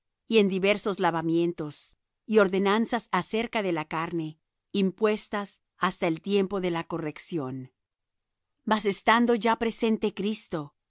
y en diversos lavamientos y ordenanzas acerca de la carne impuestas hasta el tiempo de la corrección mas estando ya presente cristo